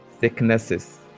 sicknesses